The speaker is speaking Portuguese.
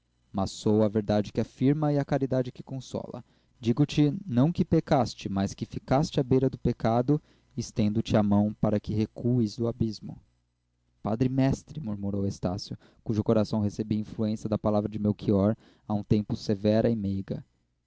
sou a verdade que afirma e a caridade que consola digo-te não que pecaste mas que ficaste à beira do pecado e estendo te a mão para que recues do abismo padre mestre murmurou estácio cujo coração recebia a influência da palavra de melchior a um tempo severa e meiga